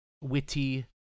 witty